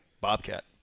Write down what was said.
Bobcat